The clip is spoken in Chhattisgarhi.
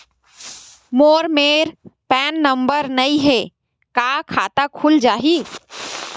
मोर मेर पैन नंबर नई हे का खाता खुल जाही?